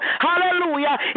Hallelujah